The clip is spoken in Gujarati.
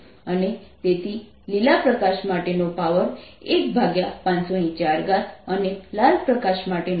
અને તેથી લીલા પ્રકાશ માટેનો પાવર 15004 અને લાલ પ્રકાશ માટેનો પાવર 17004 હશે